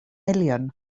miliwn